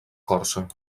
corsa